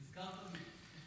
נזכרת בי.